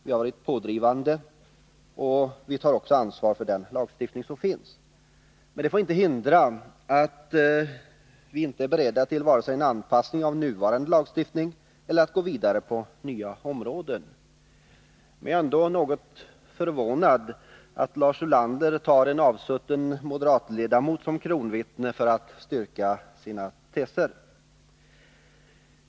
Vi har varit pådrivande, och vi tar också ansvar för den lagstiftning som finns. Men det hindrar inte att vi är beredda till en anpassning av nuvarande lagstiftning eller att gå vidare på nya områden. Men jag är ändå något förvånad över att Lars Ulander tar en avsutten moderatledamot till kronvittne för att styrka sina teser.